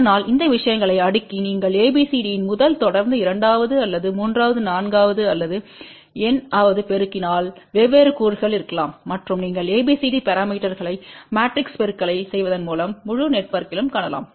அதனால் இந்த விஷயங்களை அடுக்கி நீங்கள் ABCDயின் முதல் தொடர்ந்து இரண்டாவது அல்லது மூன்றாவது நான்காவது அல்லது n வது பெருக்கினால் வெவ்வேறு கூறுகள் இருக்கலாம் மற்றும் நீங்கள் ABCD பரமீட்டர்ஸ்ளைக் மேட்ரிக்ஸ் பெருக்கலைச் செய்வதன் மூலம் முழு நெட்வொர்க்கிலும் காணலாம்